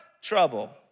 trouble